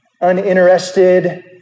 uninterested